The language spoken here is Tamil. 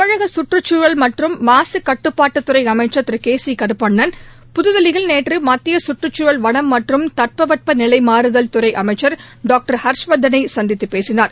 தமிழக கற்றுச்சூழல் மற்றும் மாசுக் கட்டுப்பாட்டுத் துறை அமைச்சா் திரு கே சி கருப்பண்ணன் புத்தில்லியில் நேற்று மத்திய கற்றுச்சூழல் வனம் மற்றும் தட்பவெப்ப நிலை மாறுதல் துறை அமைச்சர் டாக்டர் ஹர்ஷ்வர்தனை சந்தித்து பேசினார்